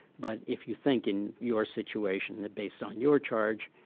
but if you think in your situation based on your charge,